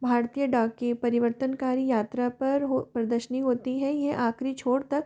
भारतीय डाकीय परिवर्तन कार्य यात्रा पर हो प्रदर्शनी होती है यह आखिरी छोर तक